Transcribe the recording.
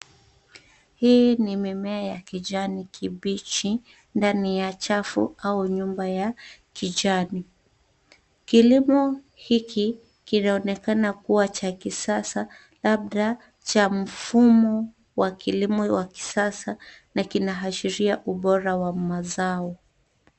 Hii ni mimea ya kijani kibichi ndani ya chafu au nyumba ya kijani. Kilimo hiki kinaonekana kuwa cha kisasa labda cha mfumo wa kilimo wa kisasa na kinaashiria ubora wa mazao.